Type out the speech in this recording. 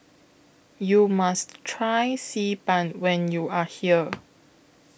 YOU must Try Xi Ban when YOU Are here